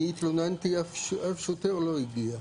אני התלוננתי, אף שוטר לא הגיע.